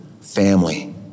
family